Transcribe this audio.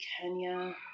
Kenya